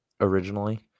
originally